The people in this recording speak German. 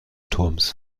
turms